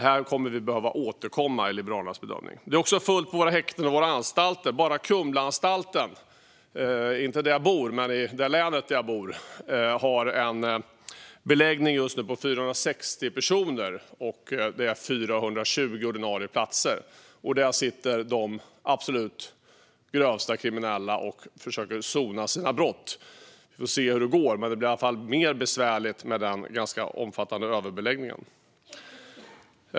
Här är Liberalernas bedömning att vi kommer att behöva återkomma. Det är också fullt på våra häkten och anstalter. Bara Kumlaanstalten i länet där jag bor har just nu en beläggning på 460 personer på 420 ordinarie platser. Där sitter de absolut grövsta kriminella och försöker att sona sina brott. Vi får se hur det går, men det blir i alla fall besvärligare med den ganska omfattande överbeläggningen.